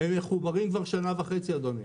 והם מחוברים כבר שנה וחצי אדוני.